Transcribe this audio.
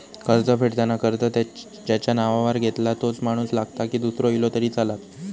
कर्ज फेडताना कर्ज ज्याच्या नावावर घेतला तोच माणूस लागता की दूसरो इलो तरी चलात?